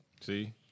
See